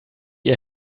ihr